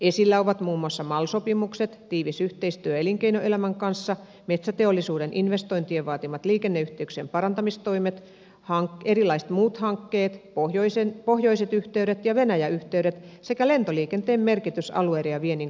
esillä ovat muun muassa mal sopimukset tiivis yhteistyö elinkeinoelämän kanssa metsäteollisuuden investointien vaatimat liikenneyhteyksien parantamistoimet erilaiset muut hankkeet pohjoiset yhteydet ja venäjä yhteydet sekä lentoliikenteen merkitys alueiden ja viennin kannalta